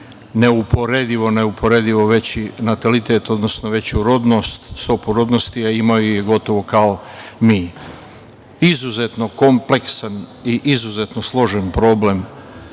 neuporedivo veći natalitet, odnosno veću rodnost, stopu rodnosti, a imaju je gotovo kao mi. Izuzetno kompleksan i izuzetno složen problem